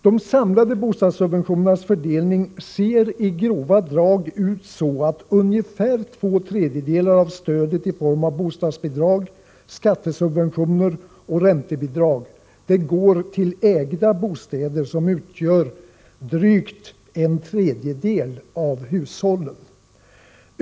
De samlade bostadssubventionernas fördelning ser i grova drag ut så, att ungefär två tredjedelar av stödet i form av bostadsbidrag, skattesubventioner och räntebidrag går till ägda bostäder, som utgör drygt en tredjedel av hushållen.